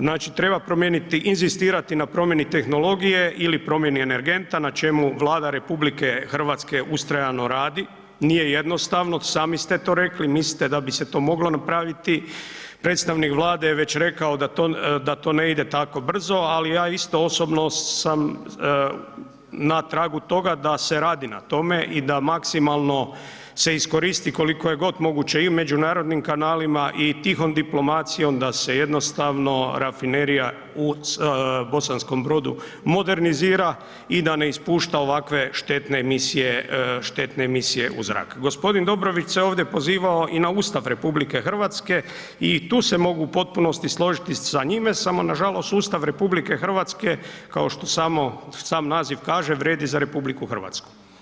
Znači, treba promijeniti, inzistirati na promjeni tehnologije ili promjeni energenta, na čemu Vlada RH ustajano radi, nije jednostavno, sami ste to rekli, mislite da bi se to moglo napraviti, predstavnik Vlada je već rekao da to ne ide tako brzo, ali ja isto osobno sam na tragu toga da se radi na tome i da maksimalno se iskoristi koliko god je moguće i međunarodnim kanalima i tihom diplomacijom da se jednostavno rafinerija u Bosanskom Brodu modernizira i da ne ispušta ovakve štetne emisije, štetne emisije u zrak. g. Dobrović se ovdje pozivao i na Ustav RH i tu se mogu u potpunosti složiti sa njime, samo nažalost sustav RH, kao što sam naziv kaže vrijedi za RH,